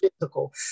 physical